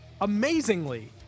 Amazingly